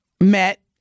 met